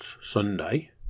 Sunday